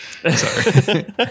Sorry